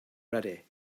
ready